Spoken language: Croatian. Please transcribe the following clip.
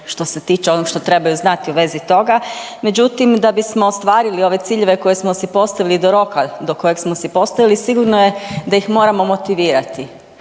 što se tiče onog što trebaju znati u vezi toga. Međutim da bismo ostvarili ove ciljeve koje smo si postavili do roka do kojeg smo si postavili sigurno je da ih moramo motivirati